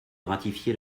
ratifier